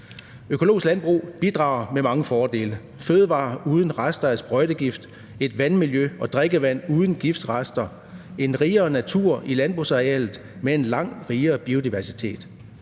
Økologisk landbrug bidrager med mange fordele: Fødevarer uden rester af sprøjtegift, et vandmiljø og drikkevand uden giftrester, en rigere natur i landbrugsarealet med en lang rigere biodiversitet.